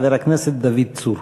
חבר הכנסת דוד צור.